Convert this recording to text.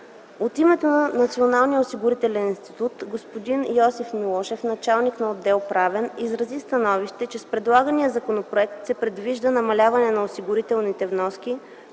институт господин Йосиф Милошев – началник на отдел „Правен” изрази становище, че с предлагания законопроект се предвижда намаляване на осигурителните вноски,